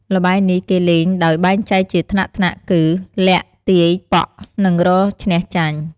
ល្បែងនេះគេលេងដោយបែងចែកជាថ្នាក់ៗគឺ លាក់ ទាយ ប៉ក់ និង រកឈ្នះចាញ់។